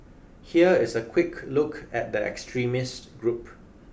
here is a quick look at the extremist group